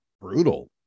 brutal